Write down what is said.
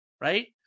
Right